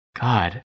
God